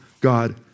God